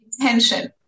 intention